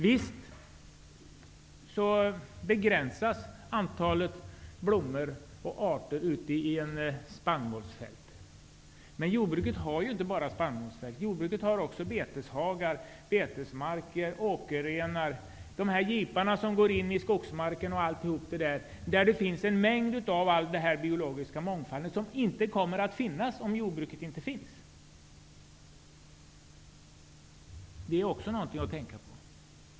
Visst begränsas antalet blommor och andra arter i ett spannmålsfält, men jordbruket har ju inte bara spannmålsfält utan också beteshagar, betesmarker, åkerrenar, gipar som går in i skogsmarken osv., och där finns en stor biologisk mångfald, som försvinner om jordbruket inte skulle finnas. Också det är någonting att tänka på.